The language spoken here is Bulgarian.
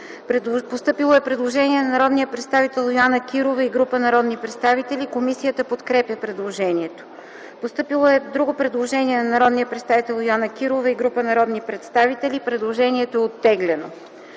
постъпило предложение от народния представител Йоана Кирова и група народни представители - комисията подкрепя предложението. Друго предложение от народния представител Йоана Кирова и група народни представители – предложението е оттеглено.